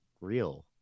real